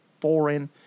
foreign